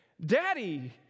Daddy